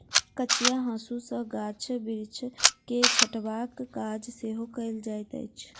कचिया हाँसू सॅ गाछ बिरिछ के छँटबाक काज सेहो कयल जाइत अछि